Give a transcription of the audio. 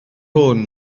hwn